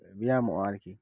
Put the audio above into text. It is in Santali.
ᱵᱮᱭᱟᱢᱚᱜᱼᱟ ᱟᱨᱠᱤ